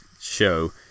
show